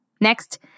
Next